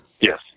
Yes